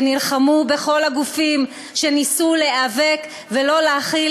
ונלחמו בכל הגופים שניסו להיאבק כדי שלא להחיל